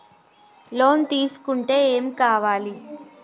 Loan తీసుకుంటే ఏం కావాలి?